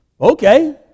Okay